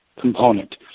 component